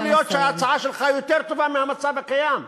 יכול להיות שההצעה שלך יותר טובה מהמצב הקיים,